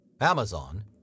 Amazon